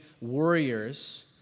warriors